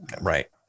Right